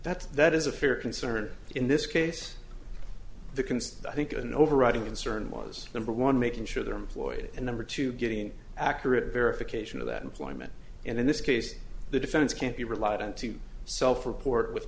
that that is a fair concern in this case the can stop i think an overriding concern was number one making sure they're employed and number two getting accurate verification of that employment and in this case the defense can't be relied on to self report with